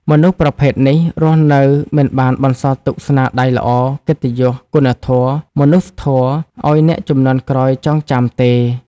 មនុស្សប្រភេទនេះរស់នៅមិនបានបន្សល់ទុកស្នាដៃល្អ កិត្តិយស គុណធម៌ មនុស្សធម៌ឲ្យអ្នកជំនាន់ក្រោយចងចាំទេ។